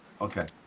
Okay